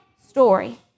story